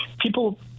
People